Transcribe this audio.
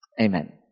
Amen